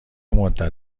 مدت